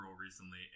recently